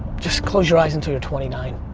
just close your eyes until you're twenty nine.